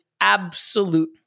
absolute